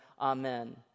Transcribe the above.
Amen